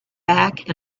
back